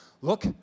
Look